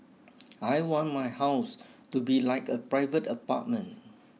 I want my house to be like a private apartment